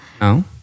No